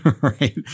Right